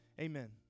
Amen